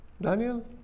Daniel